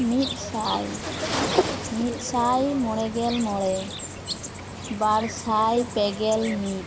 ᱢᱤᱫ ᱥᱟᱭ ᱢᱤᱫ ᱥᱟᱭ ᱢᱚᱬᱮ ᱜᱮᱞ ᱢᱚᱬᱮ ᱵᱟᱨ ᱥᱟᱭ ᱯᱮ ᱜᱮᱞ ᱢᱤᱫ